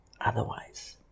otherwise